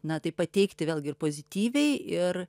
na tai pateikti vėlgi ir pozityviai ir